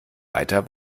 weiter